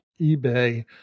eBay